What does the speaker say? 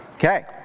Okay